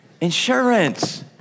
insurance